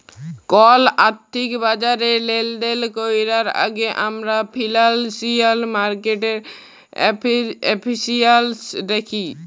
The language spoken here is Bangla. কল আথ্থিক বাজারে লেলদেল ক্যরার আগে আমরা ফিল্যালসিয়াল মার্কেটের এফিসিয়াল্সি দ্যাখি